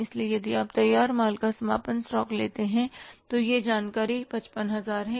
इसलिए यदि आप तैयार माल का समापन स्टॉक लेते हैं तो यह जानकारी 55000 है